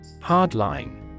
Hardline